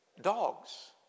Dogs